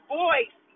voice